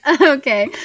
Okay